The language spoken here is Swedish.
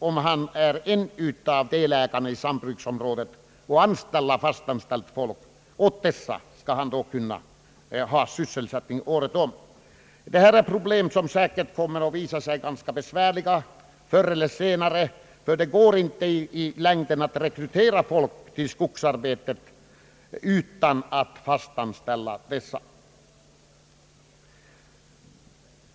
Om han är en av delägarna i sambruksområdet måste han hålla i gång arbetet med fast anställt folk, som han skall kunna sysselsätta året om. Dessa problem kommer säkert förr eller senare att visa sig vara ganska besvärliga. Det är nämligen inte möjligt i längden att rekrytera folk till skogsarbete utan att fast anställa arbetarna.